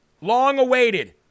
long-awaited